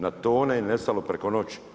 Na tone je nestalo preko noći.